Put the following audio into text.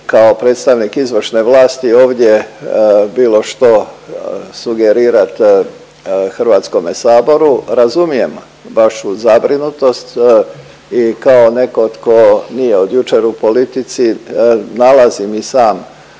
kao predstavnik izvršne vlasti ovdje bil što sugerirat HS-u. Razumijem vašu zabrinutost i kao neko tko nije od jučer u politici nalazim i sam